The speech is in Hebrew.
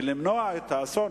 ולמנוע את האסון?